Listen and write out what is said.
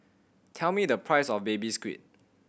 tell me the price of Baby Squid